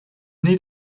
need